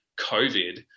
COVID